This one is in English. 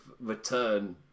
return